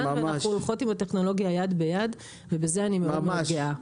ואנחנו הולכות עם הטכנולוגיה יד ביד ובזה אני מאוד מאוד גאה.